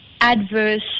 adverse